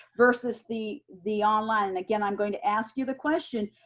versus the the online. and again, i'm going to ask you the question,